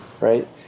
right